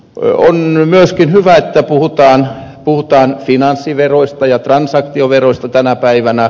on myöskin hyvä että puhutaan finanssiveroista ja transaktioveroista tänä päivänä